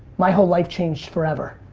my whole life changed forever.